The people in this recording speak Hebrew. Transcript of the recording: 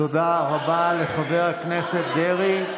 תודה רבה לחבר הכנסת דרעי.